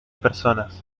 personas